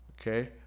okay